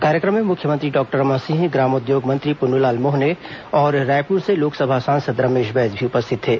कार्यक्रम में मुख्यमंत्री डॉक्टर रमन सिंह ग्रामोद्योग मंत्री पुन्नूलाल मोहले और रायपुर से लोकसभा सांसद रमेश बैस भी उपस्थित थे